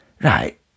right